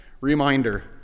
reminder